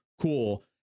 cool